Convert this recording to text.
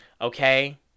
Okay